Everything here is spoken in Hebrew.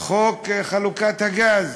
חוק חלוקת הגז.